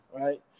right